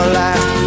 last